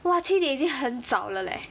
!wah! 七点已经很早了 leh